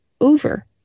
over